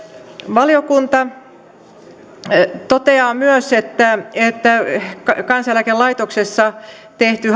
valiokunta toteaa myös että että kansaneläkelaitoksessa tehty